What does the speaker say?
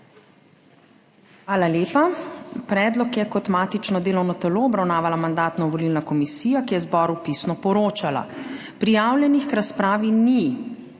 Hvala lepa. Predlog je kot matično delovno telo obravnavala Mandatno-volilna komisija, ki je zboru pisno poročala. Prijavljenih k razpravi ni.